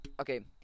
Okay